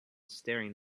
staring